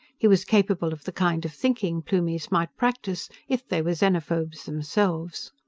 he was capable of the kind of thinking plumies might practice, if they were xenophobes themselves.